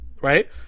right